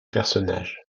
personnages